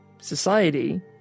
society